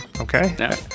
Okay